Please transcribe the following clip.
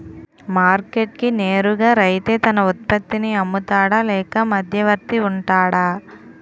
Market కి నేరుగా రైతే తన ఉత్పత్తి నీ అమ్ముతాడ లేక మధ్యవర్తి వుంటాడా?